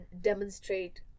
demonstrate